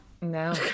No